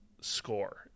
score